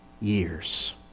years